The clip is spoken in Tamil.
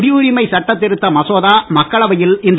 குடியுரிமை சட்டத்திருத்த மசோதா மக்களவையில் இன்று